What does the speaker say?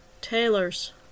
Taylor's